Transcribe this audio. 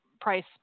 price